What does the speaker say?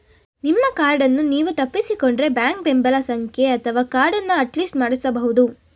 ನಿಮ್ಮ ಕಾರ್ಡನ್ನು ನೀವು ತಪ್ಪಿಸಿಕೊಂಡ್ರೆ ಬ್ಯಾಂಕ್ ಬೆಂಬಲ ಸಂಖ್ಯೆ ಅಥವಾ ಕಾರ್ಡನ್ನ ಅಟ್ಲಿಸ್ಟ್ ಮಾಡಿಸಬಹುದು